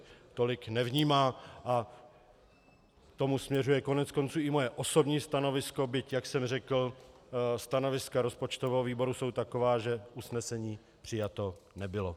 A k tomu směřuje koneckonců i moje osobní stanovisko, byť, jak jsem řekl, stanoviska rozpočtového výboru jsou taková, že usnesení přijato nebylo.